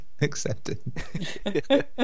accepted